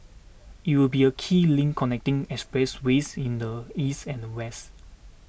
it will be a key link connecting expressways in the east and west